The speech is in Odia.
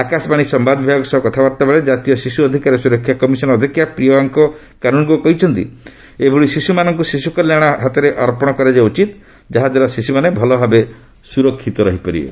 ଆକାଶବାଣୀ ସମ୍ଭାଦ ବିଭାଗ ସହ କଥାବାର୍ତ୍ତାବେଳେ ଜାତୀୟ ଶିଶୁ ଅଧିକାର ସୁରକ୍ଷା କମିଶନ ଅଧ୍ୟକ୍ଷା ପ୍ରିୟାଙ୍କ କାନୁନ୍ଗୋ କହିଛନ୍ତି ଏଭଳି ଶିଶୁମାନଙ୍କୁ ଶିଶୁକଲ୍ୟାଣ ହାତରେ ଅର୍ପଣ କରାଯିବା ଉଚିତ ଯାହାଦ୍ୱାରା ଶିଶ୍ରମାନେ ଭଲଭାବେ ସ୍ରର୍ଷିତ ରହିପାରିବେ